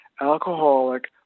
alcoholic